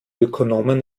ökonomen